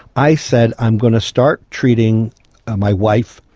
i said i am going to start treating ah my wife,